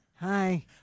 Hi